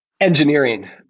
Engineering